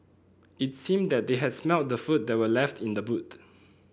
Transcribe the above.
it seemed that they had smelt the food that were left in the boot